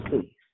Please